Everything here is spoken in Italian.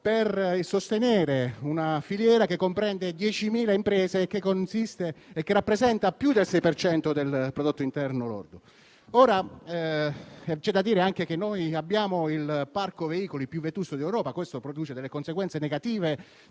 per sostenere una filiera che comprende 10.000 imprese e che rappresenta più del 6 per cento del prodotto interno lordo. C'è da dire che noi abbiamo il parco veicoli più vetusto di Europa, ma questo produce delle conseguenze negative